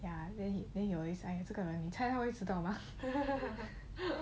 ya then he then he always eh 这个人你猜他会迟到吗